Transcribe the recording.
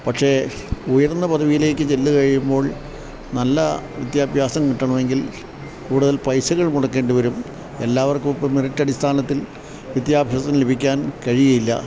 പക്ഷേ ഉയർന്ന പദവിയിലേക്ക് ചെന്ന് കഴിയുമ്പോൾ നല്ല വിദ്യാഭ്യാസം കിട്ടണം എങ്കിൽ കൂടുതൽ പൈസകൾ മുടക്കേണ്ടി വരും എല്ലാവർക്കും ഇപ്പം മെറിറ്റടിസ്ഥാനത്തിൽ വിദ്യാഭ്യാസം ലഭിക്കാൻ കഴിയില്ല